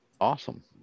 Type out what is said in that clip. Awesome